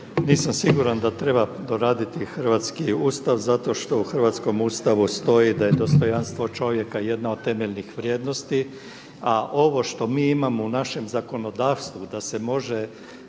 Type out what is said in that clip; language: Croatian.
Nisam siguran da treba doraditi hrvatski Ustav zato što u hrvatskom Ustavu stoji da je dostojanstvo čovjeka jedna od temeljnih vrijednosti. A ovo što mi imamo u našem zakonodavstvu da se može